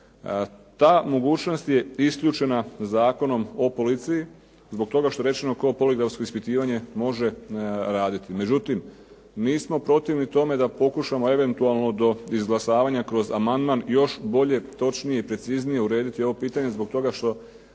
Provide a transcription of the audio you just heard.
Ta mogućnost je isključena Zakonom o policiji zbog toga što rečeno poligrafsko ispitivanje može raditi. Međutim, nismo protivnik tome da pokušamo eventualno do izglasavanja kroz amandman još bolje, točnije i preciznije urediti ovo pitanje zbog toga što